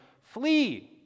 flee